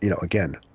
you know again,